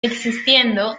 existiendo